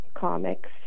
Comics